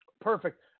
perfect